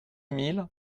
mille